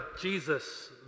Jesus